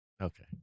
Okay